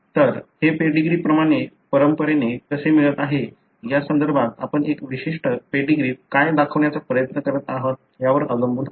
तर हे पेडीग्रीपरंपरेने कसे मिळत आहे यासंदर्भात आपण एका विशिष्ट पेडीग्रीत काय दाखवण्याचा प्रयत्न करीत आहात यावर अवलंबून आहे